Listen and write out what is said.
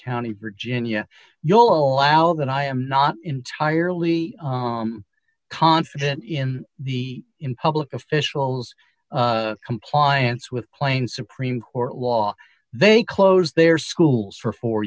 county virginia you'll allow that i am not entirely confident in the in public officials compliance with plain supreme court law they close their schools for four